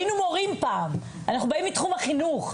אנחנו באים מתחום החינוך.